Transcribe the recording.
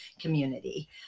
community